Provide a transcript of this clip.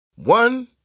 One